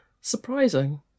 surprising